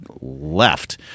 left